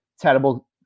terrible